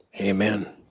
Amen